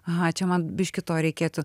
aha čia man biškį to reikėtų